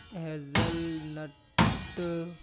hazelnut